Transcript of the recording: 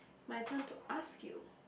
my turn to ask you